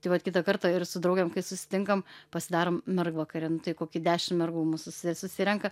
tai vat kitą kartą ir su draugėm kai susitinkam pasidarom mergvakarį nu tai kokį dešim mergų mūsų susirenka